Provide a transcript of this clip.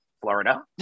Florida